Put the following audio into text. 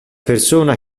persona